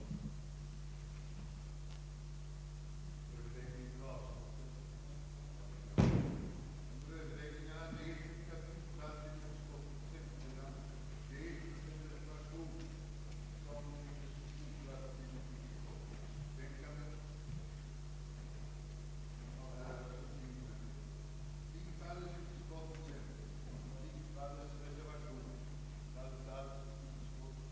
dels uppdraga åt fullmäktige i riksgäldskontoret att handhava administrationen av det föreslagna premiesparandet och anordna vinstutlottning efter i huvudsak de riktlinjer som föredragande departementschefen förordat.